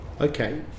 okay